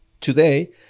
today